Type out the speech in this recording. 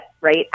right